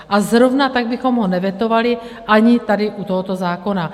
A zrovna tak bychom ho nevetovali ani tady u tohoto zákona.